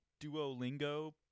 Duolingo